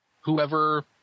Whoever